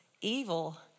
evil